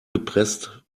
gepresst